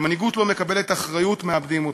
כשמנהיגות לא מקבלת אחריות, מאבדים אותה,